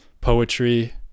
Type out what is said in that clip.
poetry